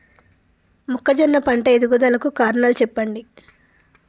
మొక్కజొన్న పంట ఎదుగుదల కు కారణాలు చెప్పండి?